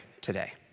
today